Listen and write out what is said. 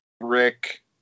Rick